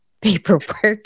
paperwork